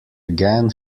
again